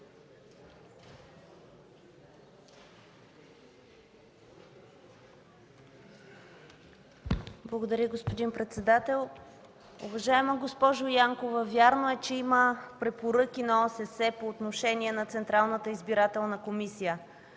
Благодаря, господин председател. Уважаема госпожо Янкова, вярно е, че има препоръки на ОССЕ по отношение на Централната избирателна комисия,